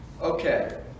Okay